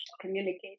communicate